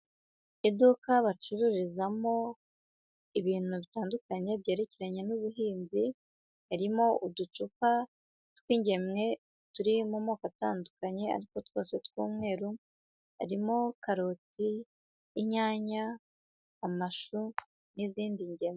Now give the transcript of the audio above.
Iduka bacururizamo ibintu bitandukanye byerekeranye n'ubuhinzi, harimo uducupa tw'ingemwe turi mu moko atandukanye ariko twose tw'umweru, harimo karoti, inyanya, amashu n'izindi ngemwe.